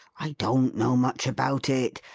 i don't know much about it.